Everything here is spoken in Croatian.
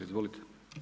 Izvolite.